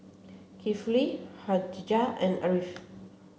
Kifli Khadija and Ariff